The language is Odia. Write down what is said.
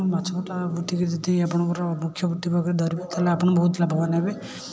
ମାଛଟା ବୃତ୍ତି କି ଯେତିକି ଆପଣଙ୍କର ମୁଖ୍ୟ ବୃତ୍ତି ଭାବେ ଧରିବେ ତାହେଲେ ଆପଣ ବହୁତ ଲାଭବାନ ହେବେ